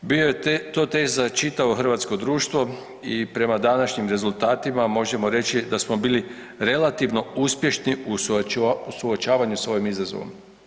Bio je to test za čitavo hrvatsko društvo i prema današnjim rezultatima možemo reći da smo bili relativno uspješni u suočavanju s ovim izazovom.